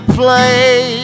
play